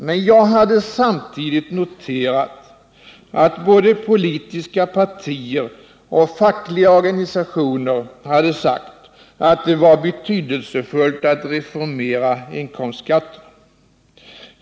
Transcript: Men jag hade noterat att både politiska partier och fackliga organisationer hade sagt att det var betydelsefullt att reformera inkomstskatten.